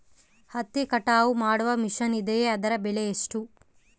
ಹತ್ತಿ ಕಟಾವು ಮಾಡುವ ಮಿಷನ್ ಇದೆಯೇ ಅದರ ಬೆಲೆ ಎಷ್ಟು?